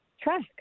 track